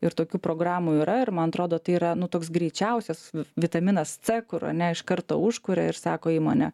ir tokių programų yra ir man atrodo tai yra nu toks greičiausias vitaminas c kur ane iš karto užkuria ir sako įmonė